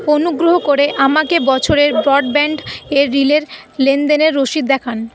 অনুগ্রহ করে আমাকে বছরের ব্রডব্যান্ডের রিলের লেনদেনের রসিদ দেখান